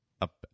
up